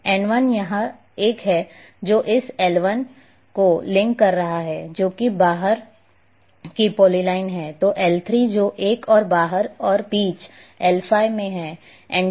N1 यह एक है जो इस L1 को लिंक कर रहा है जो कि बाहर की पॉलीलाइन है तो L3 जो एक और बाहर और बीच L5 में है